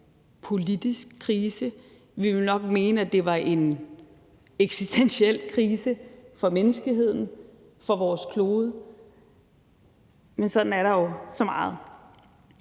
politisk krise. Vi vil nok mene, at det var en eksistentiel krise for menneskeheden, for vores klode – men sådan er der jo så meget.